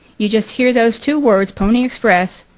you just hear those two words, pony express,